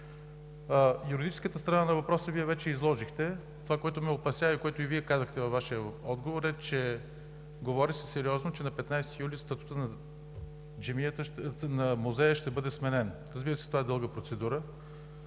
Юридическата страна на въпроса Вие вече изложихте. Това, което ме опасява и което и Вие казахте във Вашия отговор, е, че се говори сериозно, че на 15 юли статутът на музея ще бъде сменен. Разбира се, това е дълга процедура.